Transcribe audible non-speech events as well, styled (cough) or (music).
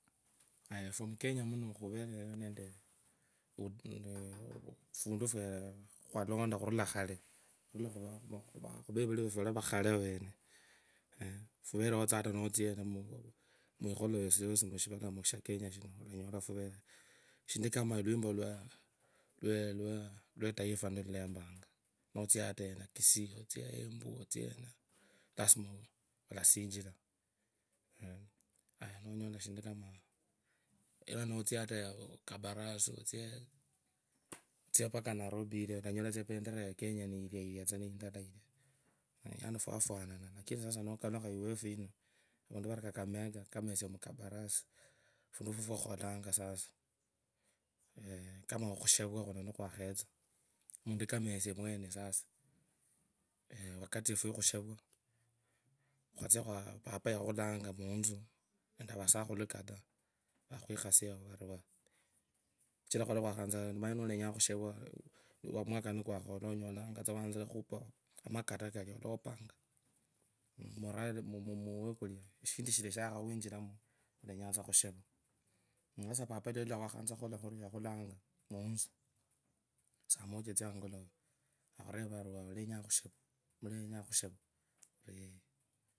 Ayaa, efwee mukenya muno, khuvere nende. (hesitation) fundufwakhalunda khurala khale, vavuri refu variva khalewene, fuvereo tsa ata nutsia yene, (hesitation) muyikholo yosiyosi, mushivala shefu shakenya shino. shindu kama lwimpo iwe, iwoo iwataifa nilule mbenya nutsia ata yena kisii, nutsia yenu, nutsia yeno nilumbenga olasichira, ala nutsia kubasi, utsie ata nairobi ilia olanyola tsa ependera yakenya ni ibailia tsa ni indalailia yani fwafwanaa, lakini nukalukha, iwefu ino, kama esie mukakamega, kabarasi, fundu fuwa, fwa khukhulanga sasa, eeh, kama khushavo khuno, nikhwakhetsa, muntu kama esie mwene sasa, wakati wefu wakhushefwa, khutsiaa, papayakhulanga mutsu nende vasakhulu katsaa, vakhwikhasie yawee, kochaa, khali khwakhanzaa, manyo nolonyakhushavwa mwaka nikwakhanza, manyo nolonya khushavua mwaka nikwakhanza, onyolanga tsia watsire khupa makato kalia, olapanga shindu shilia shakhakhwichiramo olenyatsa khushavwa, sasa papa lwa yolola khwakhunza khukhola khurio yakhulanga mutsu, saa moja, tsia angotove, nakhureva ari mulenya khushavwa? Khuri yee.